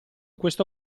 questo